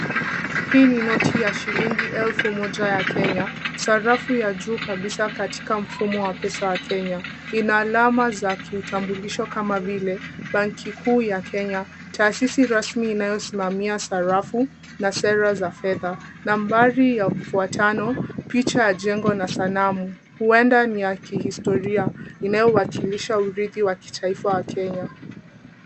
Hii ni noti ya shilingi elfu moja ya Kenya sarafu ya juu kabisa katika mfumo wa pesa wa Kenya. Ina alama za kiutambulisho kama vile benki kuu ya Kenya taasisi rasmi inayosimamia sarafu na sera za fedha. Nambari ya mfuatano, picha ya jengo na sanamu. Huenda ni ya kihistoria inayowakilisha urithi wa kitaifa wa Kenya.